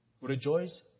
Rejoice